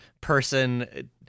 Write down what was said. person